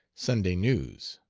sunday news.